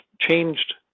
changed